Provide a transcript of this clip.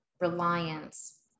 reliance